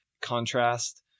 contrast